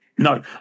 No